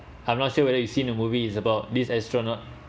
I'm not sure whether you seen the movie is about this astronaut